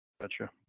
Gotcha